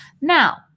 Now